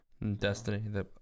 Destiny